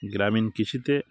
গ্রামীণ কৃষিতে